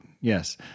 yes